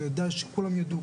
שכולם ידעו,